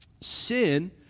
sin